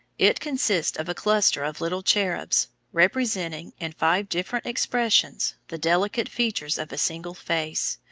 it consists of a cluster of little cherubs, representing, in five different expressions, the delicate features of a single face,